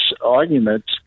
arguments